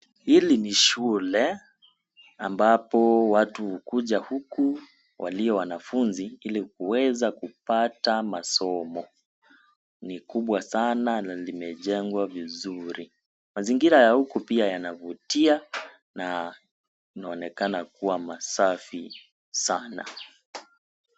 Hili shule ambapo watu hukuja huku walio wanafunzi ili kuweza kupata masomo. Ni kubwa sana na limejengwa vizuri. Mazingira ya huku pia yanavutia na inaonekana kuwa masafi sana.